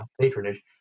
patronage